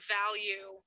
value